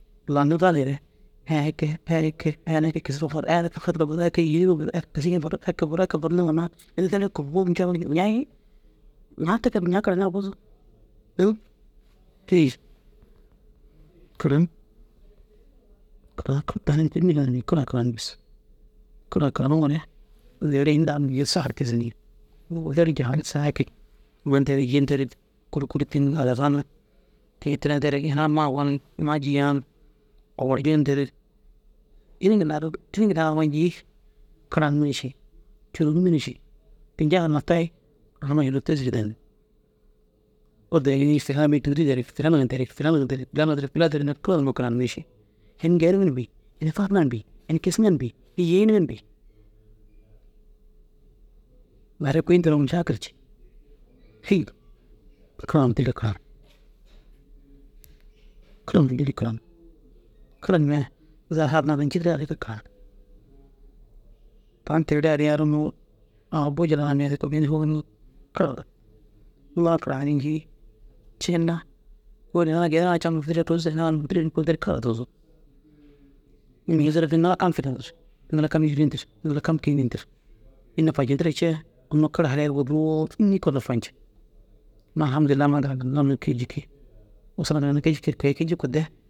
Lanum ranere ai kee ai kee ai kee ai ne eke kisirig far ai na fadiroo bor far ini ai kee kisiroo bor far ai re kee fadiroo boru faru ai kee kisirig far ini dere kubu ncoo ñai te kee mire ña karayine ru buzug. kara karan bes kara karaniŋoore neere ini da saha tissi nceŋ dere jahal saakit ma nterig ji nterig kûru kûru tîniŋ araraniŋ kei tira nterig. Ina ammaa gonuŋ ma ji yaaŋ owor juu nterig ini ginna ru au añi karanime na ši cûronime na ši kiŋcahal na tayi te sîri danni. Ôdu ininiŋ filaniŋa bini tûwidu derig filan ŋa derig filan ŋa derig jama derig filan ŋa derig kôoli gûro karanimmi. Ini geenime na bêi ini farime na bêi ini kisime na bêi ini farime na bêi ini kisime na bêi ini kisime na bêi ini yênime na bêi. Neere kui nteroo mušakil cii hêyi kara ntiga karan kara numa dîlli karan kara numa ai zaga hal na na ncidiriga bes ru karan tan teere haliye ru unnu au buu jillan nu bini hôlu kara mala karaniri jii ciina kôoli ina ara geenirigaa ginna camur fûdur soor deri kara ru duzug. Rôza ra bini ŋila kam filintir ŋila kam kii nîntir ini nafajintire cee unnu kara haliye ru wuru înni kee na nafaciŋ. Unnu alaham dirilahi amma ntira ginna kii jiki usura nturuua ginna kii jiki kôi kii jiku